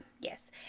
Yes